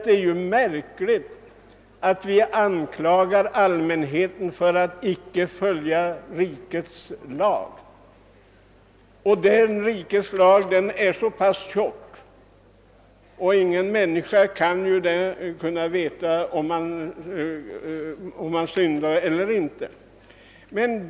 Det är märkligt att vi anklagar allmänheten för att icke följa rikets lag, som dock är så pass omfattande att ingen människa vet om hon syndar eller ej.